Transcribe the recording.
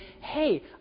hey